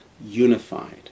unified